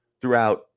throughout